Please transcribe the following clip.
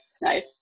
nice